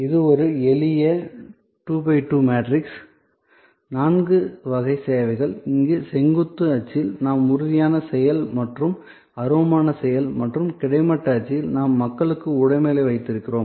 இது ஒரு எளிய 2 பை 2 மேட்ரிக்ஸ் நான்கு வகை சேவைகள் இங்கே செங்குத்து அச்சில் நாம் உறுதியான செயல் மற்றும் அருவமான செயல் மற்றும் கிடைமட்ட அச்சில் நாம் மக்களும் உடைமையும் வைத்திருக்கிறோம்